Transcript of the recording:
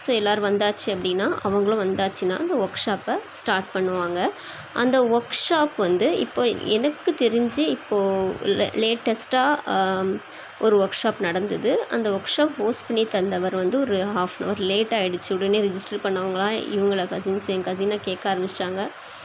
so எல்லாரும் வந்தாச்சு அப்படின்னா அவங்களும் வந்தாச்சின்னால் அந்த ஒர்க் ஷாப்பை ஸ்டார்ட் பண்ணுவாங்கள் அந்த ஒர்க் ஷாப் வந்து இப்போ எனக்கு தெரிந்து இப்போது லே லேட்டஸ்ட்டாக ஒரு ஒர்க் ஷாப் நடந்தது அந்த ஒர்க் ஷாப் ஹோஸ்ட் பண்ணி தந்தவர் வந்து ஒரு ஹாப்னவர் லேட் ஆயிடுச்சு உடனே ரிஜிஸ்டர் பண்ணவங்களா இவங்கள கசின்ஸ் என் கசினை கேட்க ஆரம்பிச்சிட்டாங்கள்